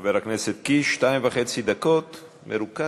חבר הכנסת קיש, שתיים וחצי דקות, מרוכז.